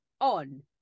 on